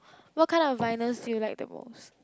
what kind of vinyls do you like the most